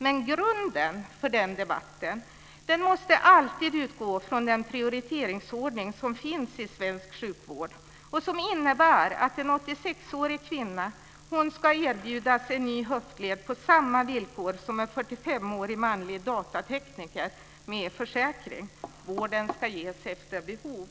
Men grunden för den debatten måste alltid vara den prioriteringsordning som finns i svensk sjukvård och som innebär att en 86-årig kvinna ska erbjudas en ny höftled på samma villkor som en 45-årig manlig datatekniker med försäkring. Vården ska ges efter behov!